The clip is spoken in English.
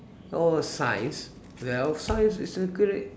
oh science well science is a great